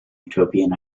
utopian